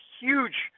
huge